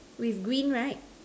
with green right